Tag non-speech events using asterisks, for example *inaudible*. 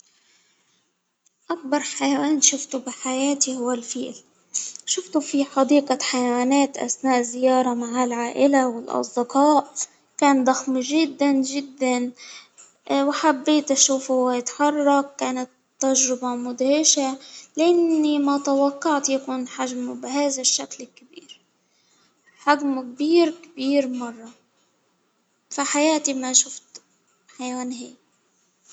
أكبر حيوان شفته في حياتي هو الفيل، شفته في حديقك حيوانات أثناء الزيارة مع العائلة والأصدقاء، كان ضخم جدا جدا، *hesitation* وحبيت أشوفه يتحرك، كانت تجربة مدهشة، لإني ما توقعت يكون حجمه بهذا الشكل الكبير، حجمه كبير كبير مرة، في حياتي ماشفت حيوان هيك.